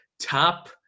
top